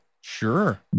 Sure